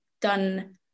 done